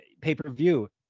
pay-per-view